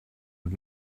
und